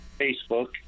Facebook